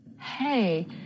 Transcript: Hey